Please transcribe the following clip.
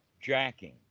jacking